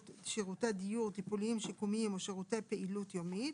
שירותי דיור טיפוליים- שיקומיים או שירותי פעילות יומית,